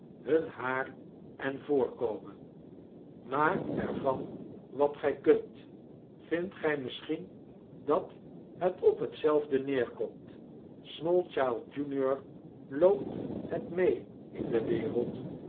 hun haar en voorkomen maak er van wat gij kunt vindt gii misschien dat het op hetzelfde neerkomt smallchild junior loopt het mee in de wereld